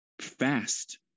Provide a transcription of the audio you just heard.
fast